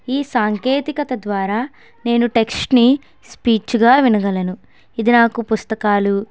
ఈ సాంకేతికత ద్వారా నేను టెక్స్ట్ ని స్పీచ్ గా వినగలను ఇది నాకు పుస్తకాలు